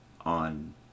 on